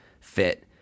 fit